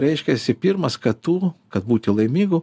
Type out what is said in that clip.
reiškiasi pirmas kad tu kad būti laimingu